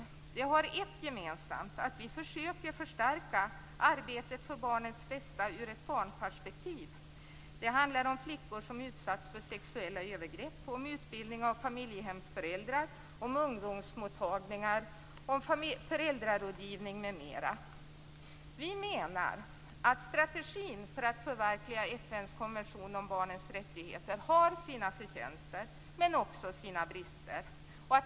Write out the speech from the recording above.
En sak är gemensamt för dessa reservationer, nämligen att vi försöker förstärka arbetet för barnens bästa ur ett barnperspektiv. Det handlar om flickor som utsatts för sexuella övergrepp, om utbildning av familjehemsföräldrar, om ungdomsmottagningar, om föräldrarådgivning m.m. Vi menar att strategin för att förverkliga FN:s konvention om barnets rättigheter har sina förtjänster men också sina brister.